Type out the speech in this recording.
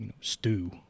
Stew